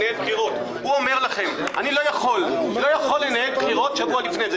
אומר לכם שהוא לא יכול לנהל בחירות עם ההחלטה הזאת שבוע לפני.